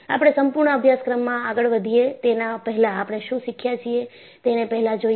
આપણે સંપૂર્ણ અભ્યાસક્રમમાં આગળ વધીએ તેના પહેલાં આપણે શું શીખ્યા છીએ તેને પહેલા જોઈએ